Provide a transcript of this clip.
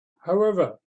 however